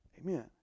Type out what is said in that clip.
Amen